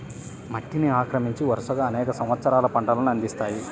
మట్టిని ఆక్రమించి, వరుసగా అనేక సంవత్సరాలు పంటలను అందిస్తాయి